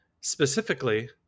specifically